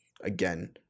again